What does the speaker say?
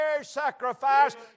sacrifice